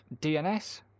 DNS